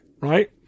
right